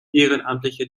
ehrenamtliche